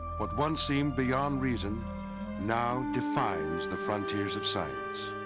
what once seemed beyond reason now defines the frontiers of science.